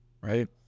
right